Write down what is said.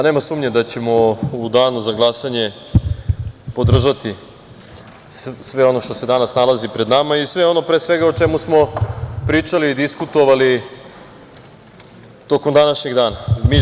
Nema sumnje da ćemo u danu za glasanje podržati sve ono što se danas nalazi pred nama i sve ono o čemu smo pričali i diskutovali tokom današnjeg dana.